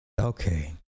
Okay